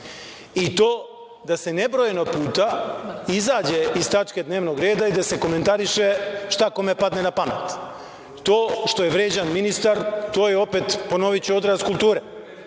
i to da se nebrojeno puta izađe iz tačke dnevnog reda i da se komentariše šta kome padne na pamet. To što je vređan ministar, to je opet, ponoviću, odraz kulture,